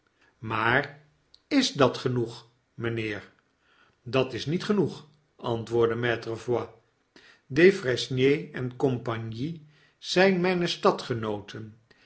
maar is dat genoeg mynheer dat is niet genoeg antwoordde maitre voigt defresnier en compagnie zyn mijne stadgenooten